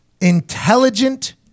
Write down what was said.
intelligent